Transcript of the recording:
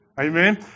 Amen